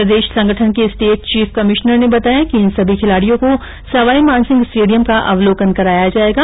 प्रदेश संगठन के state chief commissioner ने बताया कि इन सभी खिलाड़ियों को सवाई मानसिंह स्टेडियम का अवलोकन कराया जायेगा